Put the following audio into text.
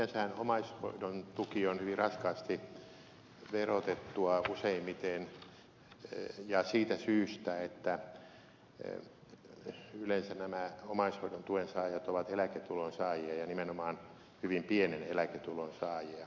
sinänsähän omaishoidon tuki on hyvin raskaasti verotettua useimmiten jo siitä syystä että yleensä nämä omaishoidon tuen saajat ovat eläketulon saajia ja nimenomaan hyvin pienen eläketulon saajia